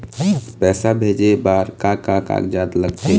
पैसा भेजे बार का का कागजात लगथे?